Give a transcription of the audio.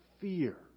fear